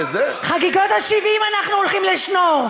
חגיגות ה-70 אנחנו הולכים לשנור,